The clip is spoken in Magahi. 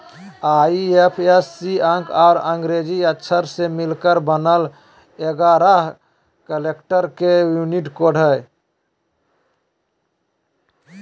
आई.एफ.एस.सी अंक और अंग्रेजी अक्षर से मिलकर बनल एगारह कैरेक्टर के यूनिक कोड हइ